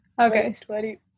Okay